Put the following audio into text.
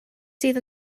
sydd